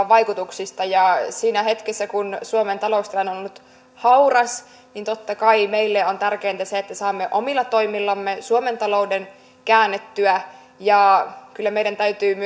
vaikutuksista ja siinä hetkessä kun suomen taloustilanne on ollut hauras niin totta kai meille on tärkeintä se että saamme omilla toimillamme suomen talouden käännettyä ja kyllä meidän